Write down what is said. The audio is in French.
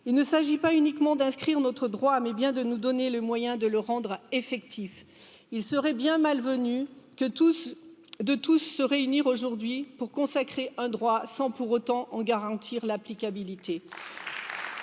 Il ne s'agit pas uniquement d'inscrire notre droit mais bien de de nous donner les moyens de le rendre effectif. Il serait bien malvenu que tous de tous se réunir aujourd'hui pour consacrer un droit sans pour autant en garantir l'applicabilité.